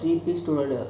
three piece two dollar ah